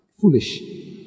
Foolish